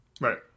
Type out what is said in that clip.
Right